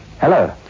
Hello